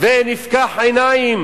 ונפקח עיניים,